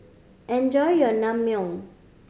enjoy your Naengmyeon